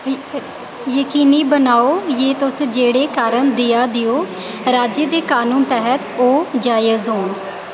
जकीनी बनाओ जे तुस जेह्ड़े कारण देआ देओ राज्य दे कनून दे तैह्त ओह् जायज़ होन